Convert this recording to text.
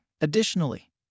Additionally